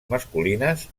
masculines